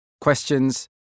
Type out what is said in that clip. Questions